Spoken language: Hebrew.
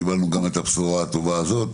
קיבלנו גם את הבשורה הטובה הזאת.